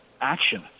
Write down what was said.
action